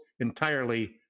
entirely